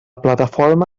plataforma